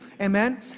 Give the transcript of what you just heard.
Amen